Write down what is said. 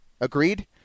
Agreed